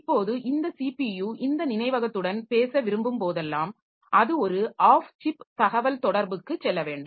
இப்போது இந்த ஸிபியு இந்த நினைவகத்துடன் பேச விரும்பும் போதெல்லாம் அது ஒரு ஆஃப் சிப் தகவல்தொடர்புக்கு செல்ல வேண்டும்